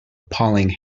appalling